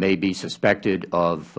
may be suspected of